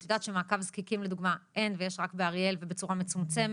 את יודעת שמעקב זקיקים לדוגמא אין ובאריאל יש